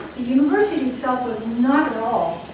university itself was not at all